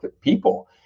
people